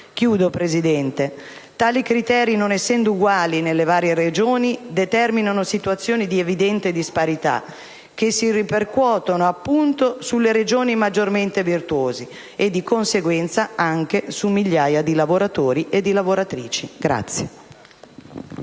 beneficiari. Tali criteri, non essendo uguali nelle varie Regioni, determinano situazioni di evidente disparità che si ripercuotono - appunto - sulle Regioni maggiormente virtuose e, di conseguenza, anche su migliaia di lavoratori e di lavoratrici.